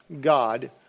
God